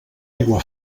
aigua